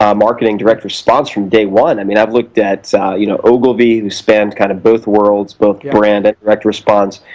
um and direct-response from day one. i mean i've looked at so you know ogilvy, who spanned kind of both worlds both brand and direct-response,